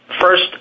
First